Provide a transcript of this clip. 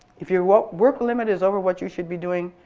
if your work work limit is over what you should be doing,